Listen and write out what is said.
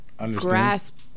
grasp